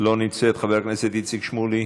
לא נמצאת, חבר הכנסת איציק שמולי,